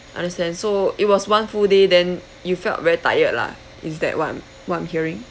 understand so it was one full day then you felt very tired lah is it that what what I'm hearing